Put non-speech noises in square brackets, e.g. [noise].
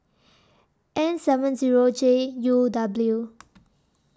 N seven Zero J U W [noise]